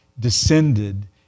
descended